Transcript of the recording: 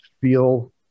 feel